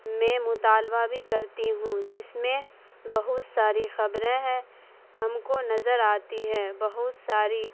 میں مطالبہ بھی کرتی ہوں جس میں بہت ساری خبریں ہے ہم کو نظر آتی ہے بہت ساری